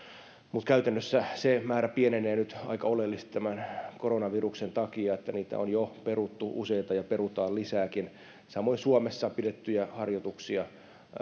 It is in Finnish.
mutta käytännössä se määrä pienenee nyt aika oleellisesti tämän koronaviruksen takia niitä on jo peruttu useita ja perutaan lisääkin samoin suomessa pidettäviä harjoituksia